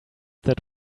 that